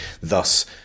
thus